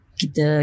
kita